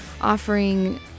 offering